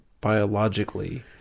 biologically